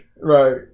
Right